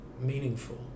meaningful